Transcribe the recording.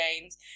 games